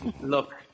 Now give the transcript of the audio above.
Look